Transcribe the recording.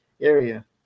area